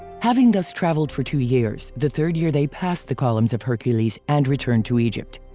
having thus traveled for two years, the third year they passed the columns of hercules and returned to egypt.